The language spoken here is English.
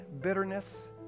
bitterness